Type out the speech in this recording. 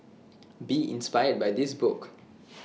be inspired by this book